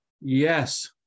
Yes